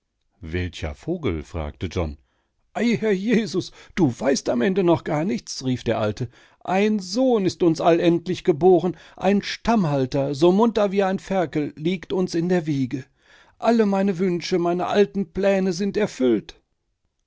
welcher vogel fragte john ei herr jesus du weißt am ende noch gar nichts rief der alte ein sohn ist uns allendlich geboren ein stammhalter so munter wie ein ferkel liegt uns in der wiege alle meine wünsche meine alten pläne sind erfüllt